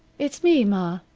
it's me, ma.